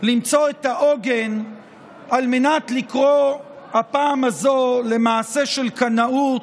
למצוא את העוגן על מנת לקרוא הפעם הזאת למעשה של קנאות,